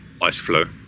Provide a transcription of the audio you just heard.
Iceflow